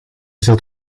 zat